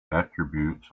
attributes